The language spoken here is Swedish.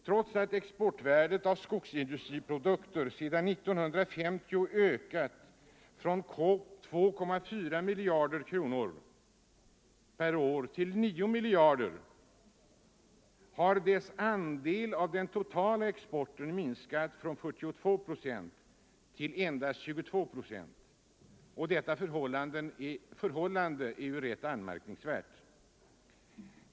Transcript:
Trots att exportvärdet av skogsindustriprodukter sedan 1950 ökat från 2,4 miljarder kronor per år till 9 miljarder kronor har dess andel av den totala exporten minskat från 42 procent till endast 22 procent. Detta förhållande är rätt anmärkningsvärt.